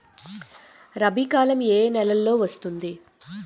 రబీ కాలం ఏ ఏ నెలలో వస్తుంది?